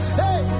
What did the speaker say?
hey